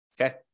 Okay